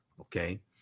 okay